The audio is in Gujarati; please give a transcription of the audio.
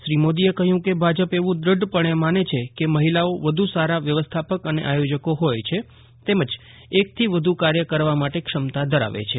શ્રી મોદીએ કહ્યું કે ભાજપ એવું દ્રઢ પજ્ઞે માને છે કે મહિલાઓ વ્યુ સારા વ્યવસ્થાપક અને આયોજકી હોય છે તેમજ એકથી વ્ધ કાર્ય કરવા માટે ક્ષમતા ધરાવે છે